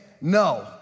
No